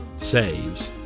saves